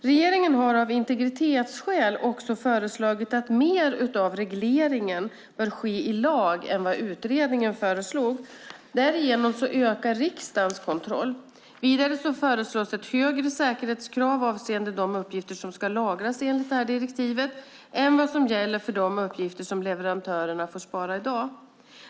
Regeringen har av integritetsskäl också föreslagit att mer av regleringen bör ske i lag än vad utredningen föreslog. Därigenom ökar riksdagens kontroll. Vidare föreslås ett högre säkerhetskrav avseende de uppgifter som ska lagras enligt direktivet än vad som gäller för de uppgifter som leverantörerna får spara i dag.